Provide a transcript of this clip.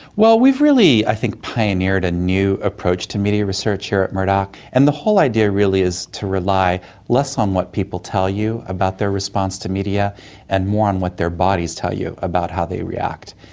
well, we've really i think pioneered a new approach to media research here at murdoch, and the whole idea really is to rely less on what people tell you about their response to media and more on what their bodies tell you about how they react.